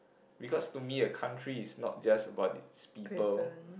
because to me a country is not just about it's people